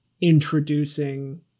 introducing